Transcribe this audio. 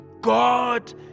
God